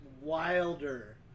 wilder